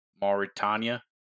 Mauritania